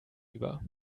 über